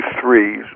three –